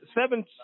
Seven